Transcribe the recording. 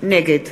נגד